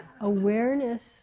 Awareness